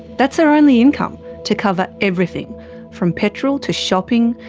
that's her only income to cover everything from petrol to shopping,